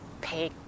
pay